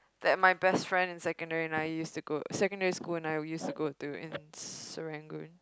that my best friend in secondary and I used to go secondary school and I would used to go to in Serangoon